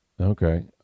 Okay